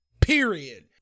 period